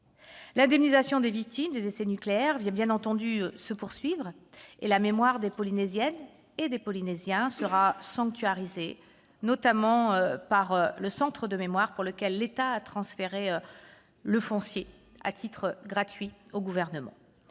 L'indemnisation des victimes des essais nucléaires va bien entendu se poursuivre, et la mémoire des Polynésiennes et des Polynésiens sera sanctuarisée, notamment par le centre de mémoire, pour lequel l'État a transféré du foncier à titre gratuit. Je renouvelle mes